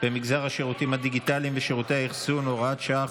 במגזר השירותים הדיגיטליים ושירותי האחסון (הוראת שעה,